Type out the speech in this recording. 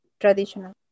traditional